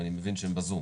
אני מבין שהם בזום.